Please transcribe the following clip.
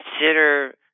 consider